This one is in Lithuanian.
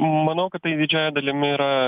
manau kad tai didžiąja dalimi yra